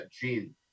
Gene